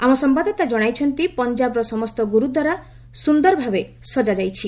ଆମ ସମ୍ଭାଦଦାତା ଜଣାଇଛନ୍ତି ପଞ୍ଜାବର ସମସ୍ତ ଗୁରୁଦ୍ୱାରା ସୁନ୍ଦରଭାବେ ସଜ୍ଜା ଯାଇଛି